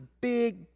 big